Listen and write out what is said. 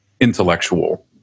intellectual